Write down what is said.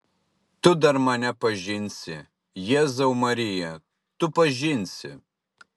tu dar mane pažinsi jėzau marija tu pažinsi